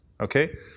Okay